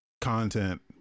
content